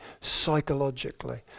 psychologically